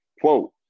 Quote